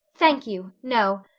thank you, no,